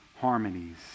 harmonies